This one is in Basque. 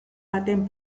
baten